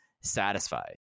satisfied